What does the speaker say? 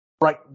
right